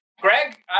Greg